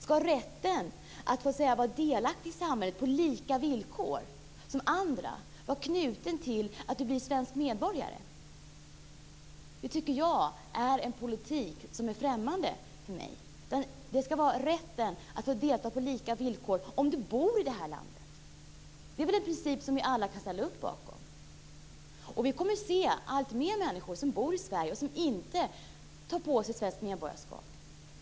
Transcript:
Skall rätten att få vara delaktig i samhället på lika villkor som andra vara knuten till att man blir svensk medborgare? Det är en politik som är främmande för mig. Jag tycker att man skall få delta på lika villkor om man bor i det här landet. Det är väl en princip som vi alla kan ställa oss bakom? Vi kommer att se att fler människor som bor i Sverige inte tar på sig svenskt medborgarskap.